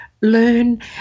learn